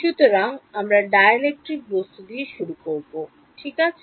সুতরাং আমরা dielectric বস্তু দিয়ে শুরু করবো ঠিক আছে